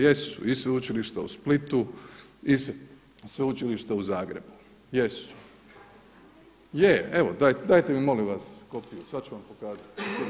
Jesu i Sveučilište u Splitu i Sveučilišta u Zagrebu, jesu. … [[Upadica se ne razumije.]] Je, evo dajte mi molim vas kopiju sada ću vam pokazati.